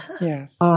yes